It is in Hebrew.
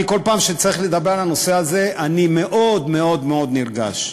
כל פעם שאני צריך לדבר על הנושא הזה אני מאוד מאוד מאוד נרגש.